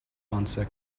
answer